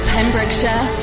Pembrokeshire